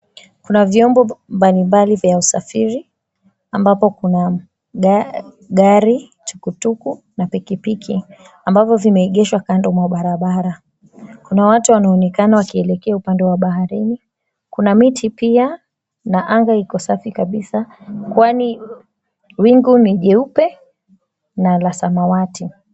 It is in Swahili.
Kuna vyombo mbalimbali vya usafiri ambapo kuna gari, tuktuk na pikipiki ambavyo vimeegeshwa kando mwa barabara. Kuna watu wanaonekana wakielekea upande wa baharini. Kuna miti pia na anga iko safi kabisa, kwani wingu ni jeupe na la samawati.